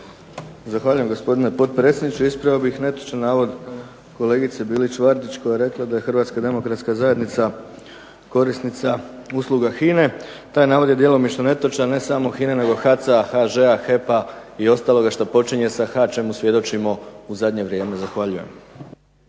Zahvaljujem gospodine potpredsjedniče. Ispravio bih netočan navod kolegice Bilić Vardić koja je rekla da je HDZ korisnica usluga HINA-e. Taj navod je djelomično netočan, ne samo HINA-e, nego HAC-a, HŽ-a, HEP-a i ostaloga što počinje sa H čemu svjedočimo u zadnje vrijeme. Zahvaljujem.